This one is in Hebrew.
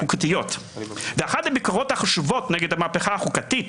אחת הביקורות החשובות נגד המהפכה החוקתית